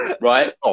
Right